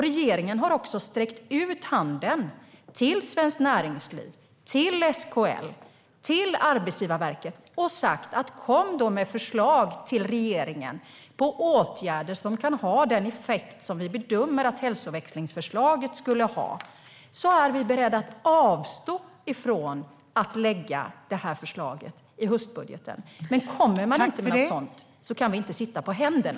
Regeringen har sträckt ut handen till Svenskt Näringsliv, SKL och Arbetsgivarverket och uppmanat dem att komma med förslag till regeringen på åtgärder som kan ha den effekt som vi bedömer att hälsoväxlingsförslaget skulle ha. Då är vi beredda att avstå från att lägga fram det här förslaget i höstbudgeten. Men kommer man inte med något sådant förslag kan vi inte sitta på händerna.